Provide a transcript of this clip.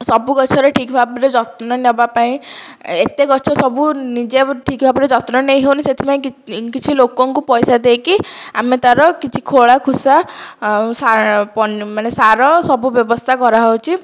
ସବୁ ଗଛର ଠିକ୍ ଭାବରେ ଯତ୍ନ ନେବା ପାଇଁ ଏତେ ଗଛ ସବୁ ନିଜେ ଠିକ୍ ଭାବରେ ଯତ୍ନ ନେଇ ହେଉନି ସେଥିପାଇଁ କିଛି ଲୋକଙ୍କୁ ପଇସା ଦେଇକି ଆମେ ତାର କିଛି ଖୋଳା ଖୋସା ମାନେ ସାର ସବୁ ବ୍ୟବସ୍ଥା କରାହେଉଛି